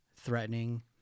threatening